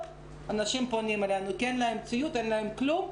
אנשים פונים אלינו כי אין להם ציוד, אין להם כלום.